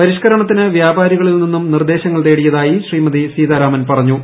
പരിഷ്കരണത്തിന് വ്യാപാരികളിൽ നിന്നും നിർദ്ദേശങ്ങൾ തേടിയതായി ശ്രീമതി സീതാരാമൻ പറഞ്ഞു